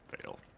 fail